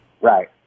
Right